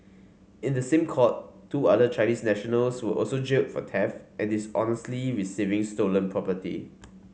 in the same court two other Chinese nationals were also jailed for theft and dishonestly receiving stolen property